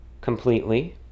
completely